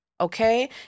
okay